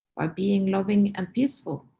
by being loving and peaceful.